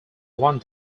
one